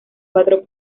cuatro